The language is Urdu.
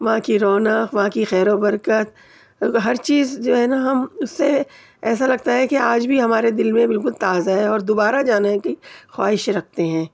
وہاں کی رونق وہاں کی خیر و برکت ہر چیز جو ہے نہ ہم سے ایسا لگتا ہے کہ آج بھی ہمارے دل میں بالکل تازہ ہے اور دوبارہ جانے کی خواہش رکھتے ہیں